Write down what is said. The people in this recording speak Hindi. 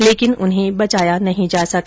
लेकिन उन्हें बचाया नहीं जा सका